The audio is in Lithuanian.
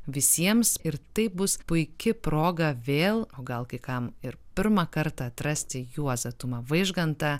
visiems ir tai bus puiki proga vėl o gal kai kam ir pirmą kartą atrasti juozą tumą vaižgantą